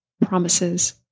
promises